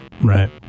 Right